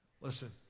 Listen